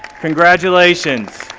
congratulations.